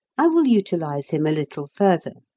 i will utilise him a little further.